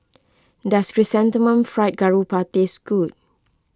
does Chrysanthemum Fried Garoupa taste good